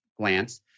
glance